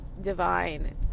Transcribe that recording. divine